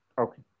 Okay